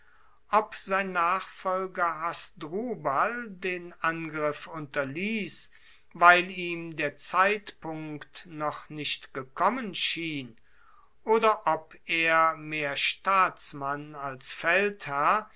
ob sein nachfolger hasdrubal den angriff unterliess weil ihm der zeitpunkt noch nicht gekommen schien oder ob er mehr staatsmann als